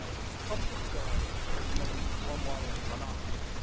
so some cities are, are implementing a storm water runoff fee.